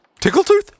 Tickletooth